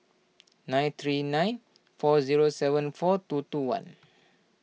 nine three nine four zero seven four two two one